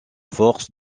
forces